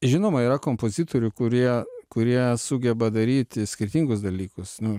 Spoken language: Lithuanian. žinoma yra kompozitorių kurie kurie sugeba daryti skirtingus dalykus nu